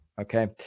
Okay